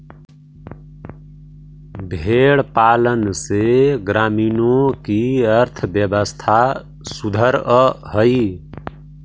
भेंड़ पालन से ग्रामीणों की अर्थव्यवस्था सुधरअ हई